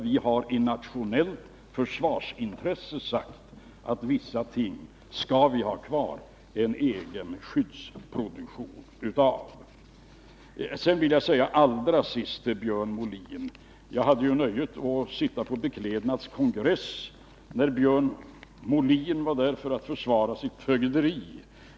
Vi har i nationellt försvarsintresse sagt att vissa ting skall vi ha kvar genom en egen produktion. Allra sist vill jag säga till Björn Molin att jag hade nöjet att sitta på Beklädnads kongress när Björn Molin var där för att försvara sitt fögderi.